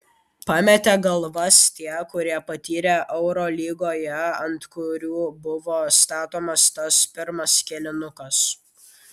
pametė galvas tie kurie patyrę eurolygoje ant kurių buvo statomas tas pirmas kėlinukas